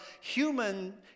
human